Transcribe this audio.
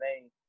name